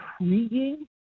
intriguing